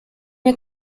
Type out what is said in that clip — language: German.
mir